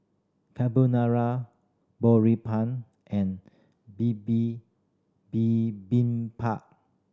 Carbonara and